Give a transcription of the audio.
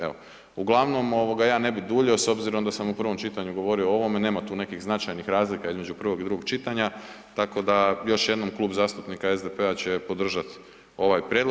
Evo, uglavnom, ja ne bih duljio s obzirom da sam u prvom čitanju govorio o ovome, nema tu nekih značajnih razlika između prvog i drugog čitanja, tako da još jednom, Klub zastupnika SDP-a će podržati ovaj prijedlog.